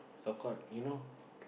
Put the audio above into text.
so called you know